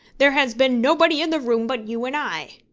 there has been nobody in the room but you and i.